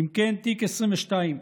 אם כן, תיק 22,